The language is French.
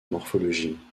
morphologie